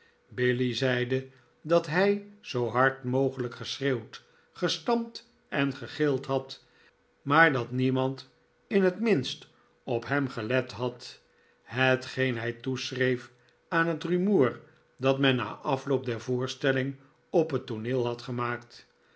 billy zeide dat hij zoo hard mogelijk geschreeuwd gestampt en gegild had maar dat niemand in het minst op hem gelet had hetgeen hij toeschreef aan het rumoer dat men na afloop der voorstelling op het tooneel had gemaakt